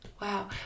Wow